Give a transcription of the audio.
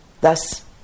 Thus